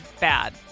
bad